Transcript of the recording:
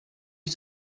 ich